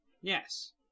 Yes